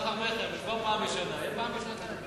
הסחר-מכר, במקום פעם בשנה, יהיה פעם בשנתיים.